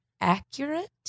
accurate